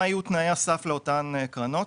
מה יהיו תנאי הסף לאותן קרנות.